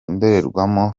indorerwamo